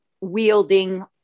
wielding